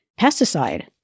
pesticide